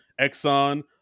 Exxon